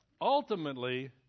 Ultimately